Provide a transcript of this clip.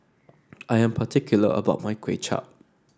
I am particular about my Kway Chap